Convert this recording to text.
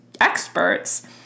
experts